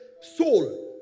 soul